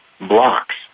blocks